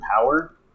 power